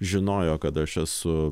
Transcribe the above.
žinojo kad aš esu